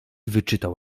wyczytał